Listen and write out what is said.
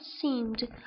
seemed